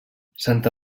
santa